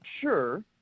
sure